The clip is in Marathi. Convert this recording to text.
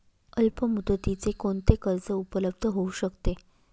अल्पमुदतीचे कोणते कर्ज उपलब्ध होऊ शकते?